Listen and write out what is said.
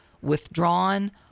withdrawn